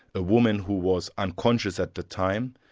ah woman, who was unconscious at the time,